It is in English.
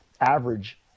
average